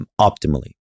optimally